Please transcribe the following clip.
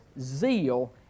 zeal